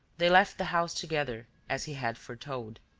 they left the house together, as he had foretold.